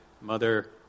mother